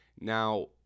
Now